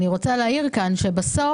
אני רוצה להעיר כאן שבסוף,